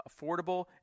affordable